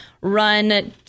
run